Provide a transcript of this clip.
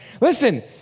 listen